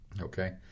okay